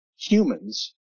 humans